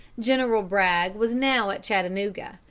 general bragg was now at chattanooga,